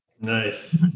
nice